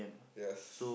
yes